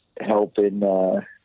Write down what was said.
helping